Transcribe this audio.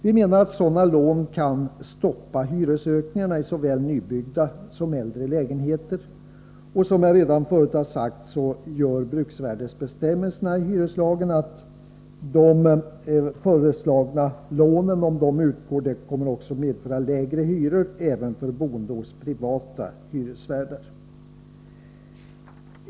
Vi menar att sådana lån kan stoppa hyreshöjningarna i såväl nybyggda som äldre lägenheter. Som jag redan sagt gör bruksvärdesbestämmelserna i hyreslagen att de föreslagna lånen kommer att medföra lägre hyror även för boende hos privata hyresvärdar.